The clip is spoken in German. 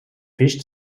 fisch